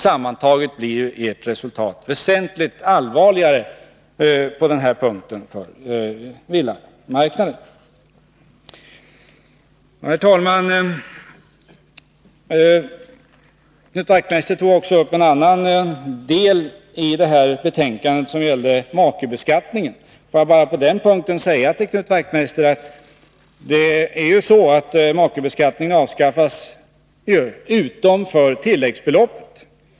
Sammantaget blir resultatet, om era förslag genomfördes, väsentligt allvarligare för villamarknaden. Herr talman! Knut Wachtmeister tog också upp den del av betänkandet som gäller makebeskattningen. Låt mig på den punkten säga till Knut Wachtmeister att makebeskattningen avskaffas ju utom för tilläggsbeloppet.